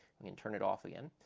we can turn it off again.